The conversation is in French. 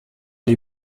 les